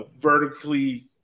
vertically